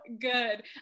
good